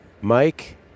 mike